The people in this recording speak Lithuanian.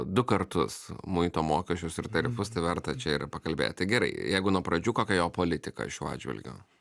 du kartus muito mokesčius ir tarifus tai verta čia ir pakalbėti gerai jeigu nuo pradžių kokia jo politika šiuo atžvilgiu